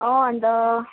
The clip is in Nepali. अँ अन्त